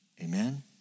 amen